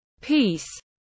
peace